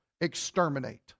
Exterminate